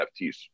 NFTs